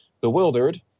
Bewildered